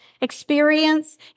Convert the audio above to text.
experience